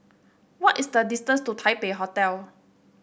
what is the distance to Taipei Hotel